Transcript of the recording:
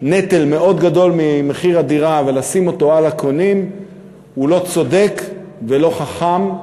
נטל מאוד גדול ממחיר הדירה ולשים אותו על הקונה הוא לא צודק ולא חכם,